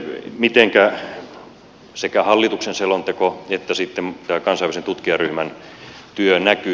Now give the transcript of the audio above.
se mitenkä sekä hallituksen selonteko että sitten tämän kansainvälisen tutkijaryhmän työ näkyy